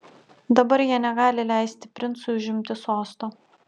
dabar jie negali leisti princui užimti sosto